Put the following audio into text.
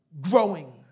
growing